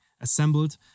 assembled